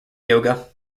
yoga